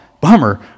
bummer